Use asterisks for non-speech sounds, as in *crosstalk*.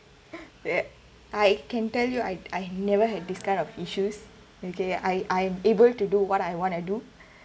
that I can tell you I I never had this kind of issues okay I I'm able to do what I want to do *breath*